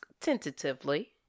tentatively